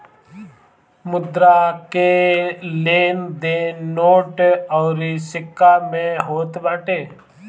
मुद्रा के लेन देन नोट अउरी सिक्का में होत बाटे